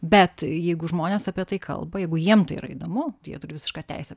bet jeigu žmonės apie tai kalba jeigu jiem tai yra įdomu jie turi visišką teisę